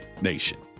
Nation